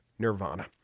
Nirvana